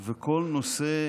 וכל נושא